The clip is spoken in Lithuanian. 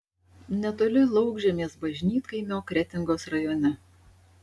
netoli laukžemės bažnytkaimio kretingos rajone